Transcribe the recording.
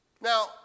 Now